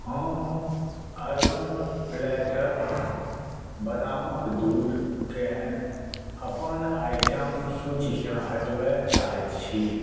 हम urban platter बदामक दूध केँ अपन आइटम सूचीसँ हटबै चाहैत छी